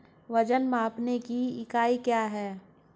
वजन मापने की इकाई क्या है?